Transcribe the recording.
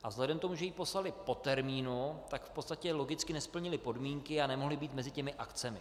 A vzhledem k tomu, že ji poslali po termínu, tak v podstatě logicky nesplnili podmínky a nemohli být mezi těmi akcemi.